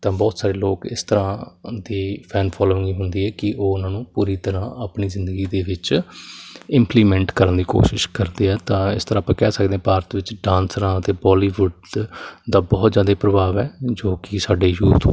ਤਾਂ ਬਹੁਤ ਸਾਰੇ ਲੋਕ ਇਸ ਤਰ੍ਹਾਂ ਦੇ ਫੈਨ ਫੋਲੋਇੰਗ ਹੁੰਦੀ ਹੈ ਕਿ ਉਹ ਉਹਨਾਂ ਨੂੰ ਪੂਰੀ ਤਰ੍ਹਾਂ ਆਪਣੀ ਜ਼ਿੰਦਗੀ ਦੇ ਵਿੱਚ ਇੰਪਲੀਮੈਂਟ ਕਰਨ ਦੀ ਕੋਸ਼ਿਸ਼ ਕਰਦੇ ਆ ਤਾਂ ਇਸ ਤਰ੍ਹਾਂ ਆਪਾਂ ਕਹਿ ਸਕਦੇ ਹਾਂ ਭਾਰਤ ਵਿੱਚ ਡਾਂਸਰਾਂ ਅਤੇ ਬੋਲੀਵੁੱਡ ਦਾ ਬਹੁਤ ਜ਼ਿਆਦਾ ਪ੍ਰਭਾਵ ਹੈ ਜੋ ਕਿ ਸਾਡੇ ਯੂਥ ਉੱਪਰ